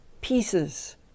pieces